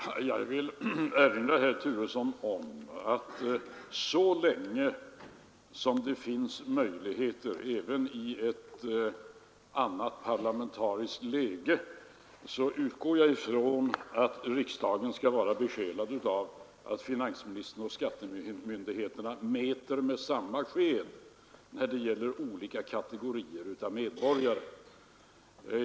Herr talman! Jag vill erinra herr Turesson om att så länge som det finns möjligheter, även i ett annat parlamentariskt läge, utgår jag ifrån att riksdagen skall vara besjälad av tanken att finansministern och skattemyndigheterna bör mäta med samma sked när det gäller olika kategorier av medborgare.